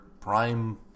prime